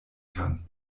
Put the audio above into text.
kann